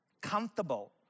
comfortable